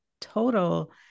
total